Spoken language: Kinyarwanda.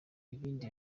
ibindi